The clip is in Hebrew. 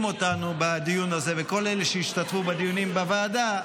אותנו בדיון הזה וכל אלה שהשתתפו בדיונים בוועדה,